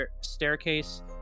staircase